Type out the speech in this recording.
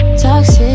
toxic